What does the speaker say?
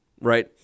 right